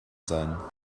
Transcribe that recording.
sein